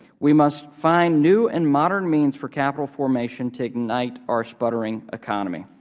we must find new and modern means for capital formation to ignite our sputtering economy.